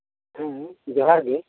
ᱦᱮᱸ ᱡᱚᱦᱟ ᱨᱜᱤ